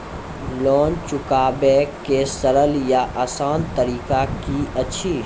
Loan चुकाबै के सरल या आसान तरीका की अछि?